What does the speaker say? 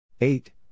Eight